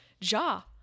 Jaw